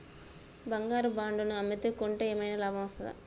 బంగారు బాండు ను అమ్మితే కొంటే ఏమైనా లాభం వస్తదా?